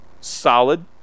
solid